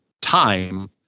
time